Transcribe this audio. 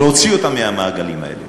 להוציא אותם מהמעגלים האלה.